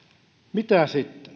mitä sitten